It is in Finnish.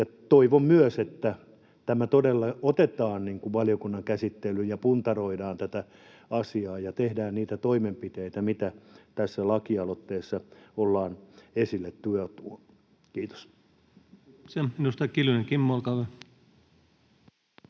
Toivon myös, että tämä todella otetaan valiokunnan käsittelyyn ja puntaroidaan tätä asiaa ja tehdään niitä toimenpiteitä, mitä tässä lakialoitteessa ollaan esille tuotu. — Kiitos.